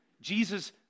Jesus